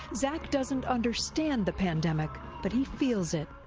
zach doesn't understand the pandemic but he feels it.